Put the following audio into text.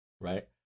Right